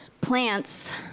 Plants